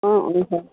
অঁ অঁ হয়